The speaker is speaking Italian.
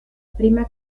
prima